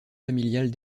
familiales